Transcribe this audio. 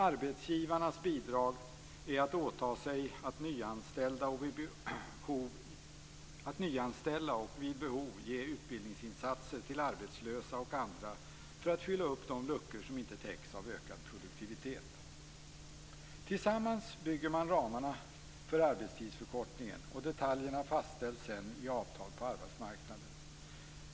Arbetsgivarnas bidrag är att åta sig att nyanställa och vid behov göra utbildningsinsatser för arbetslösa och andra för att fylla upp de luckor som inte täcks av ökad produktivitet. Tillsammans bygger man ramarna för arbetstidsförkortningen, och detaljerna fastställs sedan i avtal på arbetsmarknaden.